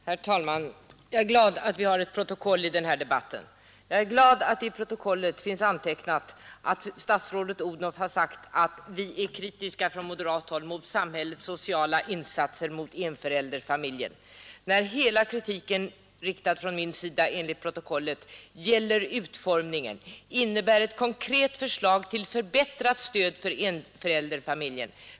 Herr talman! Jag är glad för att vi har ett protokoll över den här debatten. Jag är glad för att i det protokollet finns antecknat att statsrådet Odhnoff har sagt att vi moderater är kritiskt inställda mot samhällets sociala insatser när det gäller enförälderfamiljen, när hela kritiken, riktad från min sida, enligt protokollet gäller utformningen och innebär ett konkret förslag till förbättrat stöd för enförälderfamiljen.